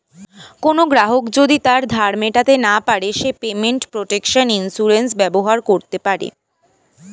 কোনো গ্রাহক যদি তার ধার মেটাতে না পারে সে পেমেন্ট প্রটেকশন ইন্সুরেন্স ব্যবহার করতে পারে